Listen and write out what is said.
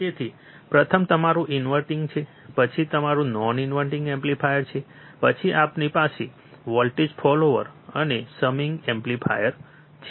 તેથી પ્રથમ તમારું ઇન્વર્ટીંગ છે પછી તે તમારું નોન ઇન્વર્ટીંગ એમ્પ્લીફાયર છે પછી આપણી પાસે વોલ્ટેજ ફોલોવર અને સમીંગ એમ્પ્લીફાયર છે